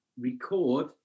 record